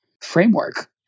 framework